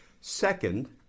Second